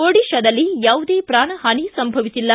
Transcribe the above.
ಒಡಿತಾದಲ್ಲಿ ಯಾವುದೇ ಪ್ರಾಣಹಾನಿ ಸಂಭವಿಸಿಲ್ಲ